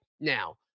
now